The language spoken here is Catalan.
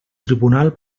tribunal